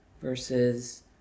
versus